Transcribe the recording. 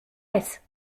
laisses